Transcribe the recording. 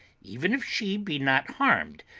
even if she be not harmed,